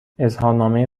اظهارنامه